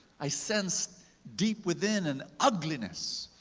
i sense deep within an ugliness.